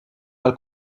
mal